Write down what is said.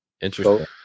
Interesting